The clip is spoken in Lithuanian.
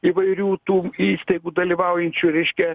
įvairių tų įstaigų dalyvaujančių reiškia